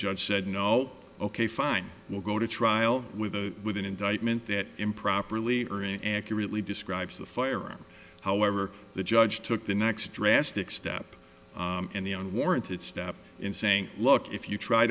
judge said no ok fine we'll go to trial with a with an indictment that improperly or it accurately describes the firearm however the judge took the next drastic step in the on warranted step in saying look if you try